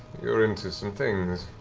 you're into some things.